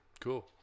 cool